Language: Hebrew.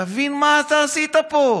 תבין מה אתה עשית פה.